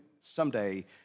someday